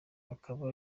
akaba